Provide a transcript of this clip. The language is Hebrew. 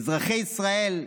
אזרחי ישראל,